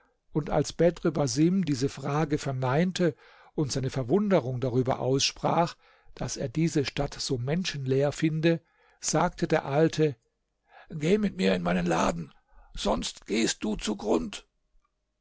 und als bedr basim diese frage verneinte und seine verwunderung darüber aussprach daß er diese stadt so menschenleer finde sagte der alte geh mit mir in meinen laden sonst gehst du zugrund